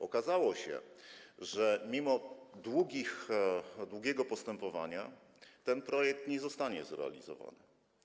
Okazało się, że mimo długiego postępowania, ten projekt nie zostanie zrealizowany.